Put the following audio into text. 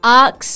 ox